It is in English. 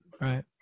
right